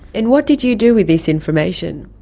and what did you do with this information?